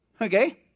Okay